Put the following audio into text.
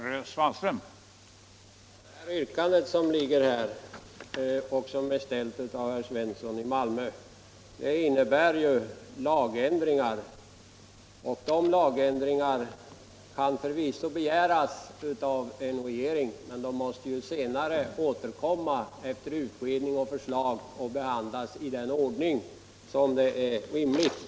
Herr talman! Det yrkande som framställts av herr Svensson i Malmö innebär lagändringar, och sådana ändringar kan förvisso begäras från en regering, men efter utredning och förslag måste frågorna ändå återkomma och behandlas i den ordning som är rimlig.